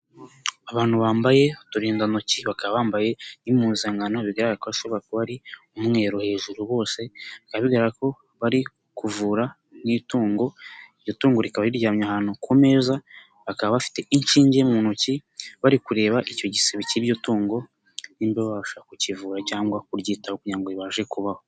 Abantu bambaye uturindantoki bakaba bambaye impimpuzankano bigaragara ko ashobora kuba ari umweru hejuru bose bika bigaragara ko bari kuvura mu itungo iryo tungo rikaba riryamye ahantu ku meza bakaba bafite inshinge mu ntoki bari kureba icyo gisebe cy'iryo tungo nimba babasha kukivura cyangwa kuryitaho kugira ngo ribashe kubaho.